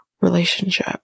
relationship